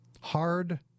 Hard